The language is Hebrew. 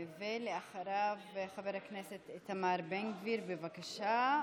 אחריו, חבר הכנסת איתמר בן גביר, בבקשה.